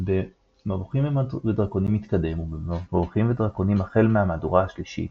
במוד"מ ובמו"ד החל מהמהדורה השלישית